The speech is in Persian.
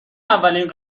اولین